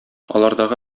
алардагы